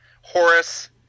Horace